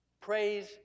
praise